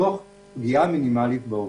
תוך פגיעה מינימלית בעובדים.